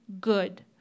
good